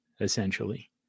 essentially